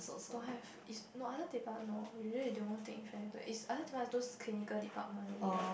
don't have is no other department no usually they won't take in but is other department is those clinical department already what